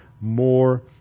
more